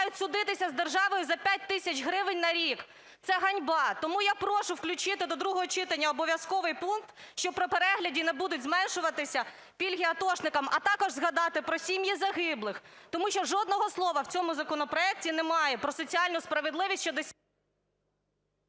судитися з державою за 5 тисяч гривень на рік. Це ганьба! Тому я прошу включити до другого читання обов'язковий пункт, що при перегляді не будуть зменшуватися пільги атошникам, а також згадати про сім'ї загиблих. Тому що жодного слова в цьому законопроекті немає про соціальну справедливість щодо...